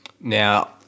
Now